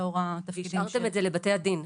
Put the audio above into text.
לאור התפקידים --- והשארתם את זה לבתי הדין.